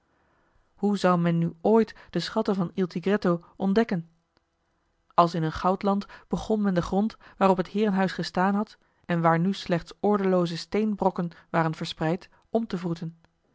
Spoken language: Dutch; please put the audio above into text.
hoe zou men nu ooit de schatten van il tigretto ontdekken als in een goudland begon men den grond waarop het heerenhuis gestaan had en waar nu slechts ordelooze steenbrokken waren verspreid om te wroeten